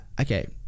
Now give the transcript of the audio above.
okay